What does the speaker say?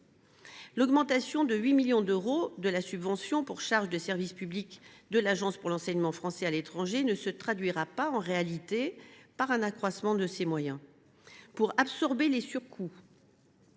L’augmentation de 8 millions d’euros de la subvention pour charges de service public de l’Agence pour l’enseignement français à l’étranger ne se traduira pas en réalité par un accroissement de ses moyens. Pour absorber les surcoûts